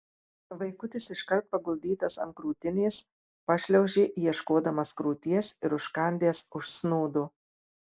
vaikutis iškart paguldytas ant krūtinės pašliaužė ieškodamas krūties ir užkandęs užsnūdo